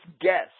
guess